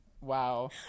Wow